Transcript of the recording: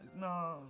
No